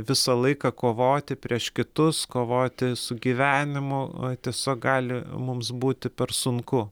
visą laiką kovoti prieš kitus kovoti su gyvenimu o tiesa gali mums būti per sunku